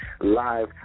live